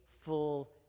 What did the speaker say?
full